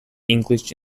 english